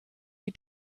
die